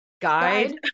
guide